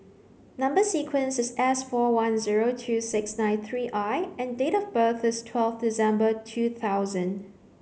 number sequence is S four one zero two six nine three I and date of birth is twelve December two thousand